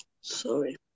sorry